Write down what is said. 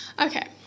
Okay